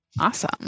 awesome